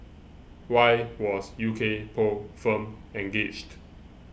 why was U K poll firm engaged